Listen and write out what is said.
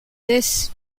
this